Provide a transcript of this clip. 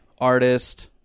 artist